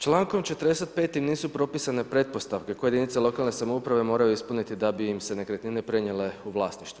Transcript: Člankom 45. nisu propisane pretpostavke koje jedinice lokalne samouprave moraju ispuniti da bi im se nekretnine prenijele u vlasništvo.